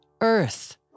Earth